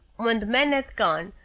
when the man had gone,